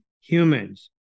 humans